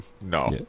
No